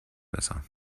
besser